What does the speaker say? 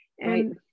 and-